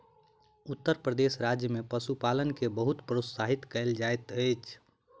उत्तर प्रदेश राज्य में पशुपालन के बहुत प्रोत्साहित कयल जाइत अछि